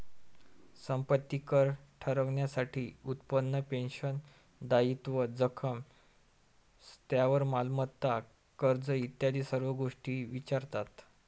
संपत्ती कर ठरवण्यासाठी उत्पन्न, पेन्शन, दायित्व, जंगम स्थावर मालमत्ता, कर्ज इत्यादी सर्व गोष्टी विचारतात